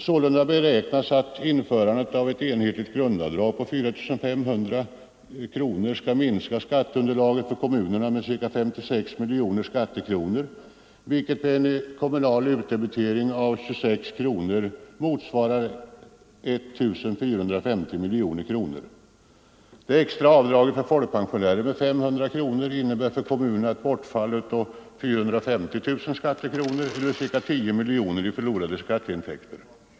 Sålunda beräknas att införandet av ett enhetligt grundavdrag på 4 500 kronor minskar skatteunderlaget för kommuner med ca 56 miljoner skattekronor, vilket vid en kommunal utdebitering av 26 kronor motsvarar ca 1450 miljoner kronor. Det extra avdraget för folkpensionärer med 500 kronor innebär för kommunerna ett bortfall av ca 450 000 skattekronor eller ca 10 miljoner i förlorade skatteintäkter.